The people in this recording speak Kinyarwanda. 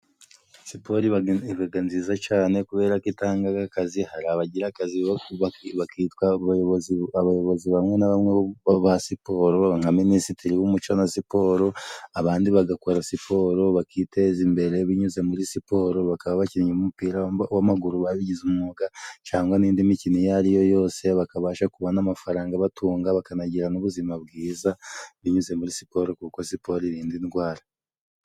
Siporo ibaga nziza cyane kubera ko itanga akazi hari abagira akazi bakitwa abayobozi bamwe na bamwe ba siporo nka minisitiri w'umuco na siporo abandi bagakora siporo bakiteza imbere binyuze muri siporo bakaba bakinnye bumupira w'amaguru babigize umwuga cyangwa n'indi mikino iyo ari yo yose bakabasha kubona amafaranga abatunga bakanagirana ubuzima bwiza binyuze muri siporo kuko siporo iririnda indwara.